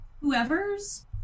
whoever's